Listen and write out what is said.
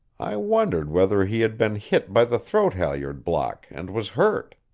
i wondered whether he had been hit by the throat-halliard block and was hurt.